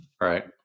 Right